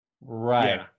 right